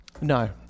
No